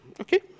Okay